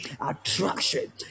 Attraction